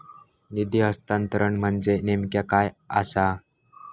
निधी हस्तांतरण म्हणजे नेमक्या काय आसा?